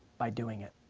by doing it.